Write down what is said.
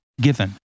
given